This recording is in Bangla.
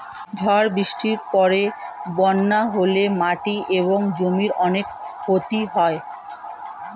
ঝড় বৃষ্টির পরে বন্যা হলে মাটি এবং জমির অনেক ক্ষতি হয়